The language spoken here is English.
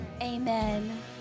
Amen